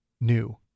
new